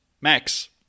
Max